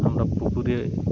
আমরা পুকুরে